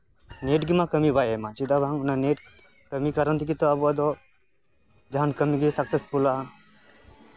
ᱱᱮᱹᱴ ᱜᱮᱢᱟ ᱠᱟᱹᱢᱤ ᱵᱟᱭ ᱮᱢᱟ ᱪᱮᱫᱟᱜ ᱵᱟᱝ ᱚᱱᱟ ᱱᱮᱹᱴ ᱠᱟᱹᱢᱤ ᱠᱟᱨᱚᱱ ᱛᱮᱜᱮ ᱛᱚ ᱟᱵᱚᱣᱟᱜ ᱫᱚ ᱡᱟᱦᱟᱱ ᱠᱟᱹᱢᱤ ᱜᱮ ᱥᱟᱠᱥᱮᱥᱯᱷᱩᱞᱚᱜᱼᱟ